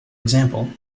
example